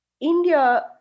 India